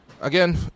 Again